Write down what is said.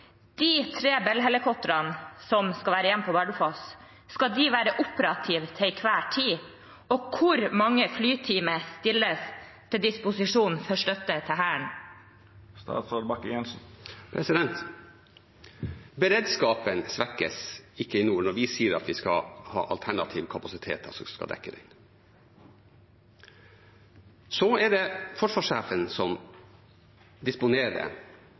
De tre Bell-helikoptrene som skal være igjen på Bardufoss, skal de være operative til enhver tid, og hvor mange flytimer stilles til disposisjon for støtte til Hæren? Beredskapen svekkes ikke i nord når vi sier at vi skal ha alternative kapasiteter som skal dekke den. Det er forsvarssjefen som disponerer